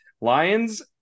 Lions